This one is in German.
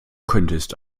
könntest